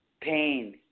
Pain